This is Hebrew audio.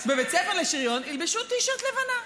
בבית ספר לשריון ילבשו טי-שירט לבנה.